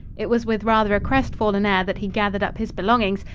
it was with rather a crestfallen air that he gathered up his belongings,